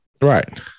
Right